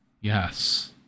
Yes